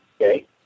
Okay